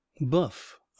Buff